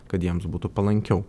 kad jiems būtų palankiau